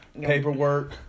paperwork